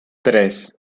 tres